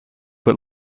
put